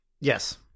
Yes